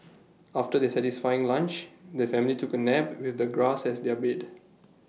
after their satisfying lunch the family took A nap with the grass as their bed